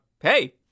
hey